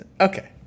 Okay